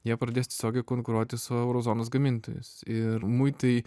jie pradės tiesiogiai konkuruoti su euro zonos gamintojais ir muitai